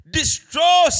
destroy